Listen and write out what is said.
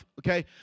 okay